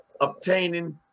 obtaining